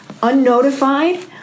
unnotified